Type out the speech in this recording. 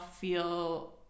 feel